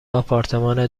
آپارتمان